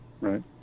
Right